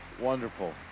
wonderful